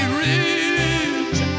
rich